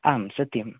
आम् सत्यं